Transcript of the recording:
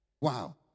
Wow